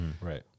Right